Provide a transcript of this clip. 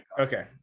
Okay